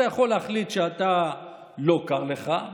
אתה יכול להחליט שלא קר לך,